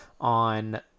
on